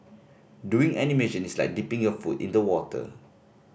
doing animation is like dipping your foot in the water